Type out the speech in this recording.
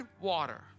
water